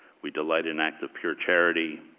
we delight in act of pure charity,